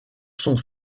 sont